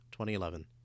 2011